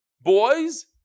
boys